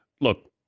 Look